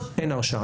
אין הרשעה.